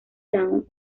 dawn